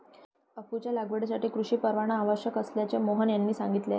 अफूच्या लागवडीसाठी कृषी परवाना आवश्यक असल्याचे मोहन यांनी सांगितले